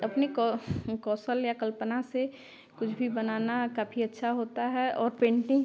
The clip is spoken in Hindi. अपनी कौशल्य कल्पना से कुछ भी बनाना काफ़ी अच्छा होता है और पेंटिंग